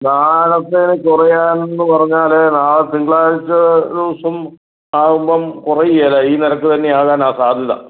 നാളത്തേയ്ക്ക് കുറയാൻ എന്ന് പറഞ്ഞാൽ നാളെ തിങ്കളാഴ്ച ദിവസം ആകുമ്പോൾ കുറയുകില്ല ഈ നിരക്ക് തന്നെ ആകാനാണ് സാധ്യത